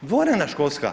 Dvorana školska?